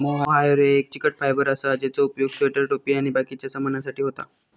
mohair ह्यो एक चिकट फायबर असा ज्याचो उपयोग स्वेटर, टोपी आणि बाकिच्या सामानासाठी होता